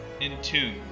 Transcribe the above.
Intune